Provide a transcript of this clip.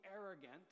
arrogant